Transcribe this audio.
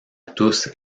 tous